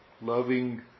loving